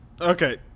Okay